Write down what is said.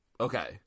Okay